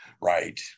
Right